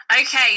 Okay